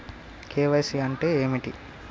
KYC అంటే ఏమిటి?